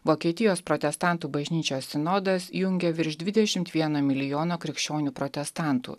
vokietijos protestantų bažnyčios sinodas jungia virš dvidešimt vieno milijono krikščionių protestantų